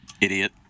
Idiot